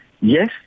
Yes